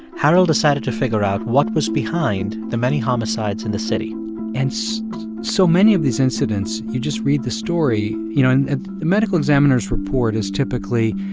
harold decided to figure out what was behind the many homicides in the city and so so many of these incidents, you just read the story, you know and the medical examiner's report is typically,